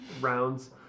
rounds